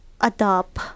adopt